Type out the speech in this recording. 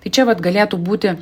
tai čia vat galėtų būti